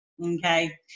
Okay